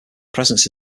presence